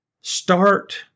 start